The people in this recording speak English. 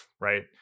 Right